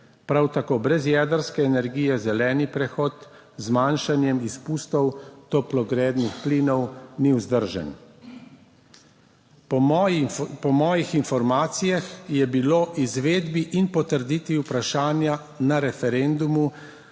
Prav tako brez jedrske energije zeleni prehod z zmanjšanjem izpustov toplogrednih plinov ni vzdržen. Po mojih informacijah je bilo izvedbi in potrditvi vprašanja na referendumu